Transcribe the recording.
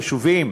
חשובים,